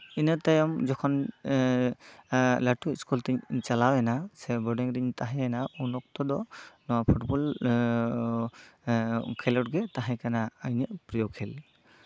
ᱤᱱᱟᱹ ᱛᱟᱭᱚᱢ ᱡᱚᱠᱷᱚᱱ ᱞᱟᱹᱴᱩ ᱤᱥᱠᱩᱞ ᱛᱤᱧ ᱪᱟᱞᱟᱣ ᱮᱱᱟ ᱥᱮ ᱵᱳᱰᱤᱝ ᱨᱤᱧ ᱛᱟᱦᱮᱸᱭᱮᱱᱟ ᱩᱱ ᱚᱠᱛᱚ ᱫᱚ ᱱᱚᱣᱟ ᱯᱷᱩᱴᱵᱚᱞ ᱠᱷᱮᱞᱳᱰ ᱜᱮ ᱛᱟᱦᱮᱸ ᱠᱟᱱᱟ ᱤᱧᱟᱹᱜ ᱯᱨᱤᱭᱚ ᱠᱷᱮᱞ